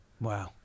Wow